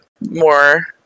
more